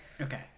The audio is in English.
Okay